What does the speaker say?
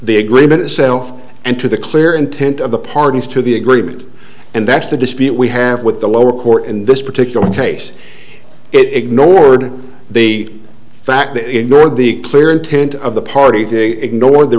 the agreement itself and to the clear intent of the parties to be a group and that's the dispute we have with the lower court in this particular case it ignored the fact the ignore the clear intent of the party to ignore the